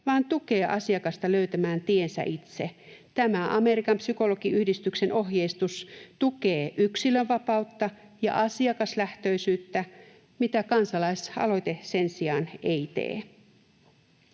vaan tukee asiakasta löytämään tiensä itse. Tämä Amerikan psykologiyhdistyksen ohjeistus tukee yksilönvapautta ja asiakaslähtöisyyttä, mitä kansalaisaloite sen sijaan ei tee.